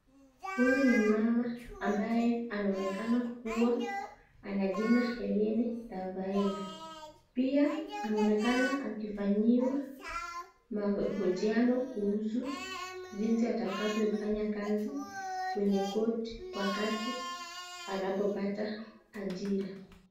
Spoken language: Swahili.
Huyu ni mama ambaye anaonekana kuwa ana jina Helini Rafaela pia anaonekana akifanyiwa mahojiano kuhusu jinsi atakavyo fanya kazi kwenye koti wakati anapopata ajira.